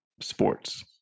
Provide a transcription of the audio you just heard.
sports